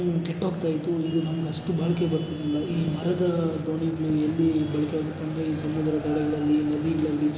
ಕೆಟ್ಟೋಗ್ತಾ ಇತ್ತು ಇದು ನಮ್ಗೆ ಅಷ್ಟು ಬಾಳಿಕೆ ಬರ್ತಿರಲಿಲ್ಲ ಈ ಮರದ ದೋಣಿಗಳು ಎಲ್ಲಿ ಬಳಕೆ ಆಗ್ತಿತ್ತು ಅಂದರೆ ಈ ಸಮುದ್ರ ದಡಗಳಲ್ಲಿ ನದಿಗಳಲ್ಲಿ